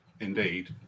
indeed